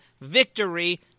victory